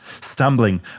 stumbling